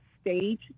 stage